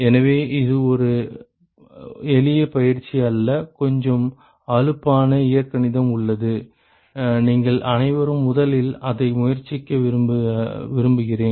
எனவே இது ஒரு எளிய பயிற்சி அல்ல கொஞ்சம் அலுப்பான இயற்கணிதம் உள்ளது நீங்கள் அனைவரும் முதலில் அதை முயற்சிக்க விரும்புகிறேன்